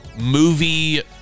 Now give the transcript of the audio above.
movie